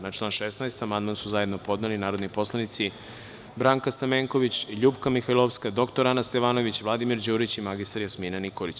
Na član 16. amandman su zajedno podneli narodni poslanici Branka Stamenković, LJupka Mihajlovska, dr. Ana Stevanović, Vladimir Đurić i mr Jasmina Nikolić.